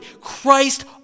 Christ